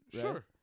Sure